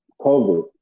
COVID